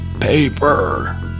Paper